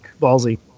Ballsy